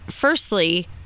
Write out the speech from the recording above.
Firstly